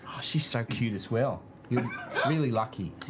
she's so cute as well. you're really lucky.